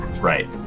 Right